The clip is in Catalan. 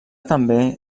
també